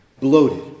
Bloated